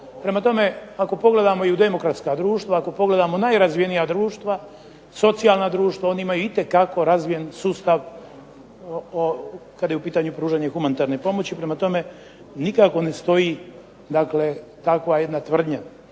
Prema tome, ako pogledamo i u demokratska društva, ako pogledamo najrazvijenija društva, socijalna društva, oni imaju itekako razvijen sustav kad je u pitanju pružanje humanitarne pomoći, prema tome nikako ne stoji dakle takva jedna tvrdnja.